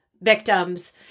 victims